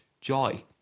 Joy